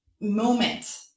moment